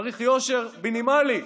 צריך יושר מינימלי.